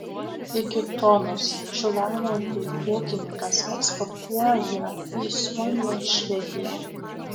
iki tonos šilauogių ūkininkas eksportuoja į suomiją švediją